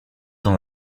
dans